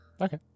Okay